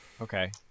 Okay